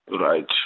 right